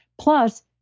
Plus